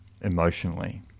emotionally